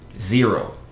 zero